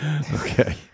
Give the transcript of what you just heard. okay